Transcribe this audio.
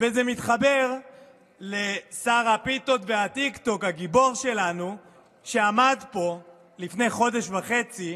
ממשרד האוצר, ששם זה המקום הטבעי לה,